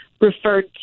Referred